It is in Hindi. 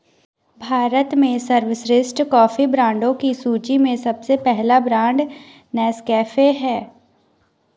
भारत में सर्वश्रेष्ठ कॉफी ब्रांडों की सूची में सबसे पहला ब्रांड नेस्कैफे है